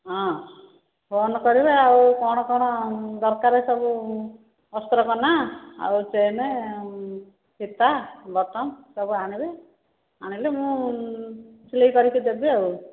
ହଁ ଫୋନ୍ କରିବେ ଆଉ କ'ଣ କ'ଣ ଦରକାର ସବୁ ଅସ୍ତ୍ର କନା ଆଉ ଚେନ୍ ଫିତା ବଟନ ସବୁ ଆଣିବେ ଆଣିଲେ ମୁଁ ସିଲେଇ କରିକି ଦେବି ଆଉ